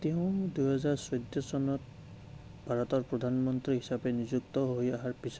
তেওঁ দুহেজাৰ চৈধ্য চনত ভাৰতৰ প্ৰধানমন্ত্ৰী হিচাপে নিযুক্ত হৈ অহাৰ পিছত